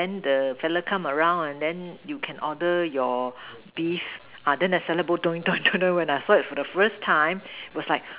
then the fella come around and then you can order your beef uh then the salad bowl when I heard for the first time was like